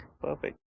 Perfect